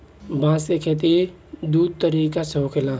बांस के खेती दू तरीका से होखेला